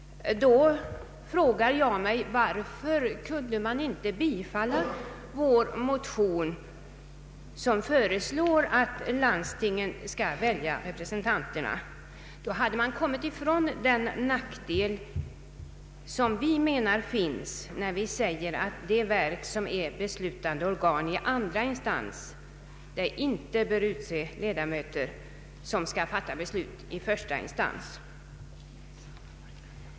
Varför har utskottet då inte kunnat tillstyrka vår motion, som föreslår att landstingen skall välja representanterna? Då hade man kommit ifrån den nackdel som vi anser finns i utskottets förslag. Det verk som är beslutande organ i andra instans bör inte utse ledamöter som skall fatta beslut i första instans.